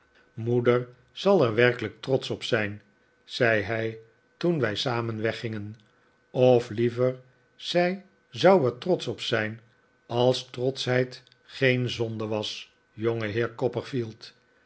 moeder zal er werkelijk trotsch op zijn zei hij toen wij samen weggingen qf liever zij zou er trotsch op zijn als trotschheid geen zonde was